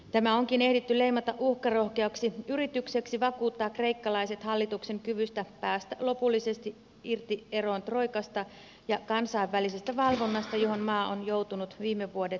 tämä onkin ehditty leimata uhkarohkeaksi yritykseksi vakuuttaa kreikkalaiset hallituksen kyvystä päästä lopullisesti irti eroon troikasta ja kansainvälisestä valvonnasta johon maa on joutunut viime vuodet alistumaan